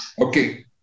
Okay